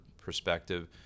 perspective